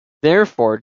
therefore